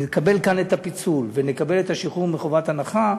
נקבל כאן את הפיצול ונקבל את השחרור מחובת הנחה,